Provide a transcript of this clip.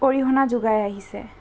অৰিহণা যোগাই আহিছে